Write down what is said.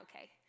okay